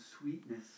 sweetness